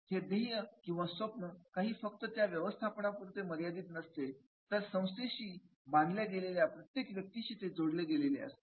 हे ध्येय किंवा स्वप्न काही फक्त त्या व्यवस्थापना पुरते मर्यादित नसते तर संस्थेशी बांधल्या गेलेल्या प्रत्येक व्यक्तीशी ते जोडले गेलेले असते